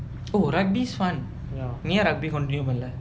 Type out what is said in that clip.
oh rugby's fun நீ ஏன்:nee yaen rugby continue பன்னல:pannala